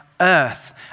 earth